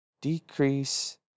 decrease